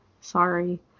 Sorry